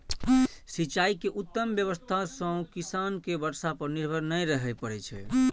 सिंचाइ के उत्तम व्यवस्था सं किसान कें बर्षा पर निर्भर नै रहय पड़ै छै